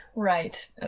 Right